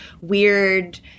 weird